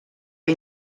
que